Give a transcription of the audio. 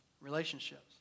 Relationships